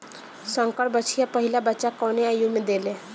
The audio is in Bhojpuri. संकर बछिया पहिला बच्चा कवने आयु में देले?